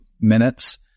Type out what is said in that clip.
minutes